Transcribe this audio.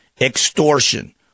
extortion